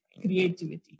creativity